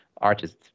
artists